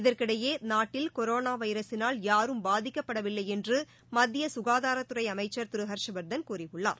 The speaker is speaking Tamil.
இதற்கிடையே நாட்டில் கொரோணா வைரஸினால் யாரும் பாதிக்கப்படவில்லை என்று மத்திய ககாதாரத்துறை அமைச்சர் திரு ஹர்ஷ் வர்தன் கூறியுள்ளார்